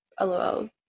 LOL